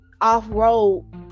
off-road